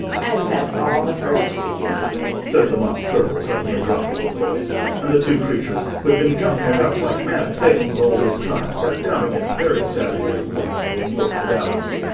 and that's all the first figure said the mock turtle, suddenly dropping his voice and the two creatures, who had been jumping about like mad things all this time, sat down again very sadly and quietly, and looked at alice.